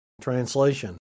Translation